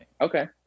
Okay